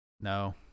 No